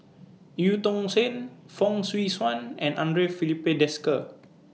EU Tong Sen Fong Swee Suan and Andre Filipe Desker